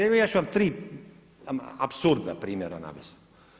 Evo ja ću vam tri apsurdna primjera navesti.